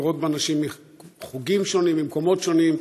וחברות בה נשים מחוגים שונים, ממקומות שונים,